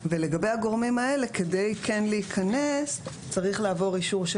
ולגבי הגורמים האלה כדי כן להיכנס צריך לעבור אישור של